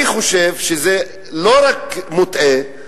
אני חושב שזה לא רק מוטעה,